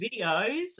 videos